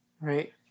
right